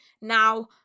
Now